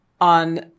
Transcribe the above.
on